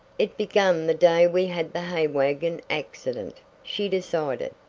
it began the day we had the hay wagon accident, she decided.